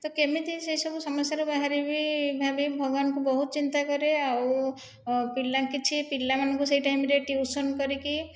ତ କେମିତି ସେସବୁ ସମସ୍ୟାରୁ ବାହାରିବି ଭାବିକି ଭଗବାନଙ୍କୁ ବହୁତ ଚିନ୍ତାକରେ ଆଉ ପିଲା କିଛି ପିଲାମାନଙ୍କୁ ସେଇ ଟାଇମ୍ରେ ଟିଉସନ୍ କରିକି